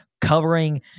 covering